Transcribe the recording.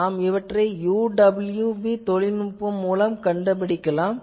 நாம் இவற்றை UWB தொழில்நுட்பம் மூலம் கண்டுபிடிக்கலாம்